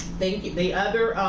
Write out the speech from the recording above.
thank you the other